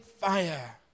fire